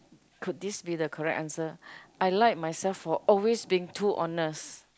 could this be the correct answer I like myself for always being too honest